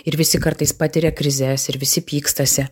ir visi kartais patiria krizes ir visi pykstasi